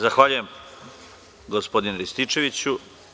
Zahvaljujem gospodine Rističeviću.